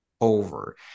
over